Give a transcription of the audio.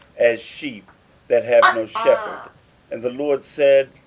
as sheep that have no shepherd and the lord said,